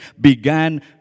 began